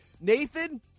Nathan